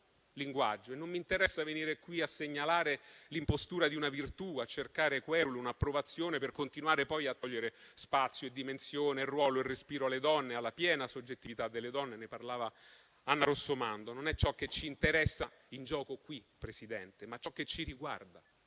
Non mi interessa venire qui a segnalare l'impostura di una virtù, a cercare querulo un'approvazione per continuare poi a togliere spazio e dimensione, ruolo e respiro alle donne, alla piena soggettività delle donne (ne parlava Anna Rossomando). Non è ciò che ci interessa in gioco qui, Presidente, ma ciò che ci riguarda,